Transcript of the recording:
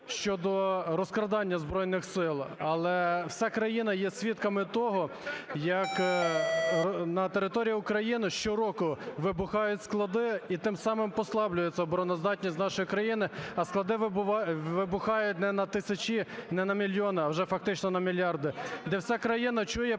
щодо розкрадання Збройних Сил, але вся країна є свідками того, як на території України щороку вибухають склади і тим самим послаблюється обороноздатність нашої країни, а склади вибухають не на тисячі, не на мільйони, а вже фактично на мільярди, де вся країна чує про